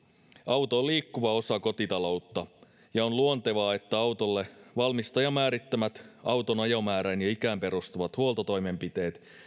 auto on liikkuva osa kotitaloutta ja on luontevaa että autolle valmistajan määrittämät auton ajomäärään ja ikään perustuvat huoltotoimenpiteet